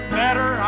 better